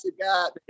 God